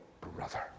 brother